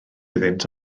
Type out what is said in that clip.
iddynt